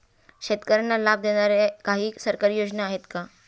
शेतकऱ्यांना लाभ देणाऱ्या काही सरकारी योजना कोणत्या आहेत?